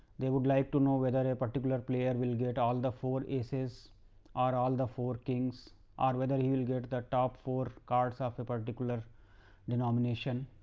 they would like to know whether a a particular player will get all the four asses or all the for kings or whether you will get the top four cards of a particular denomination.